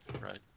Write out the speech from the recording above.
right